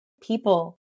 people